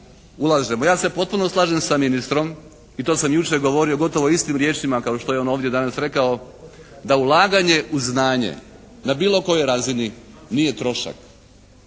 Ja se potpuno slažem sa ministrom i to sam jučer govorio gotovo istim riječima kao što je on ovdje danas rekao, da ulaganje u znanje na bilo kojoj razini nije trošak.